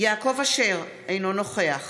יעקב אשר, אינו נוכח